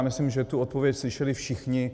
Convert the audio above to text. Myslím, že tu odpověď slyšeli všichni.